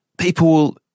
People